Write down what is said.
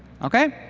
okay?